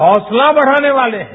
हाँसला बढ़ाने वाले हैं